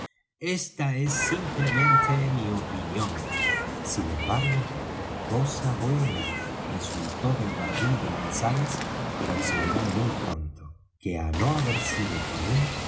esta es simplemente mi opinión sin embargo cosa buena resultó del barril de manzanas como se verá muy pronto que á no haber sido por él